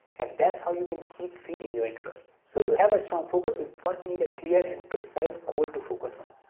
and that's how you can keep feeding your interest. so to have a strong focus we first need a clear and precise goal to focus on